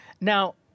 Now